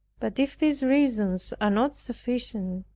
but if these reasons are not sufficient,